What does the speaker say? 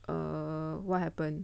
err what happened